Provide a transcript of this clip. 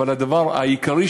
הדבר העיקרי,